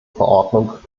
verordnung